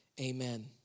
Amen